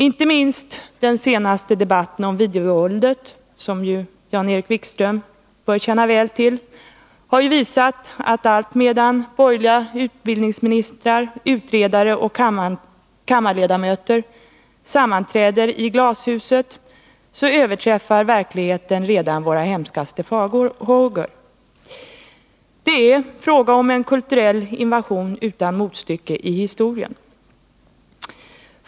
Inte minst den senaste debatten om videovåldet, som ju Jan-Erik Wikström bör känna väl till, har visat att allt medan borgerliga utbildningsministrar, utredare och kammarledamöter sammanträder i glashuset, så överträffar verkligheten redan våra hemskaste farhågor. Det är fråga om en kulturell invasion utan motstycke i historien.